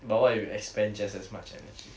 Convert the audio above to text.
but what if you expand just as much energy